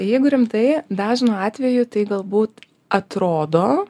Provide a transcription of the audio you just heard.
jeigu rimtai dažnu atveju tai galbūt atrodo